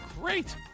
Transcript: great